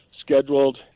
scheduled